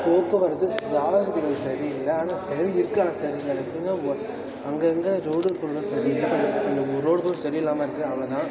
போக்குவரத்து சாலை வசதிகள் சரியில்லை ஆனால் செயல் இருக்காங்க சரி இல்லைல்ல எப்போயுமே ஒக் அங்கங்கே ரோடுகளெலாம் சரி இல்லை கொஞ்சம் கொஞ்சம் ரோடுகளும் சரியில்லாமல் இருக்குது அவ்வளோ தான்